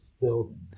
building